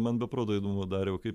man be proto įdomu dariau kaip